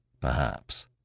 Perhaps